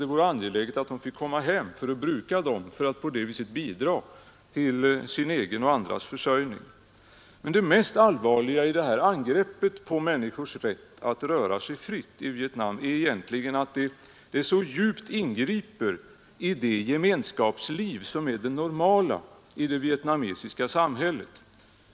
Det vore därför angeläget att de finge komma hem för att bruka fälten och på det viset bidra till sin egen och andras försörjning. Det kanske mest allvarliga i det här angreppet på människors rätt att röra sig fritt i Vietnam är egentligen att det så djupt ingriper i det gemenskapsliv som är det normala i det vietnamesiska samhället.